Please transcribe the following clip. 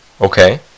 Okay